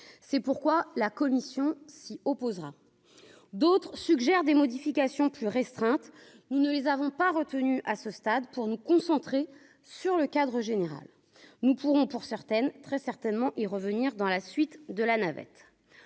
c'est pourquoi la Commission s'y opposera, d'autres suggèrent des modifications plus restreinte, nous ne les avons pas retenue à ce stade, pour nous concentrer sur le cadre général, nous pourrons pour certaines très certainement y revenir dans la suite de la navette